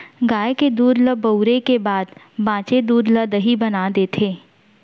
गाय के दूद ल बउरे के बाद बॉंचे दूद ल दही बना देथे